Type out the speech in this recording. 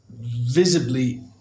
visibly